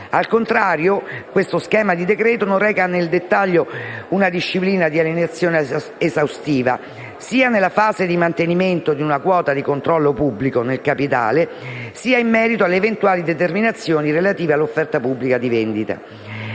al contrario, lo schema di decreto non reca nel dettaglio una disciplina di alienazione esaustiva, sia nella fase di mantenimento di una quota di controllo pubblico nel capitale, sia in merito alle eventuali determinazioni relative all'offerta pubblica di vendita;